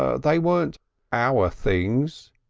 ah they weren't our things.